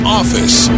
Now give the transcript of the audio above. office